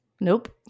Nope